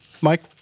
Mike